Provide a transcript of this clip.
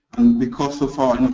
because of our